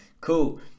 cool